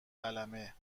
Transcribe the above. قلمه